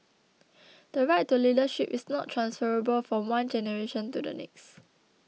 the right to leadership is not transferable from one generation to the next